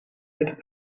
het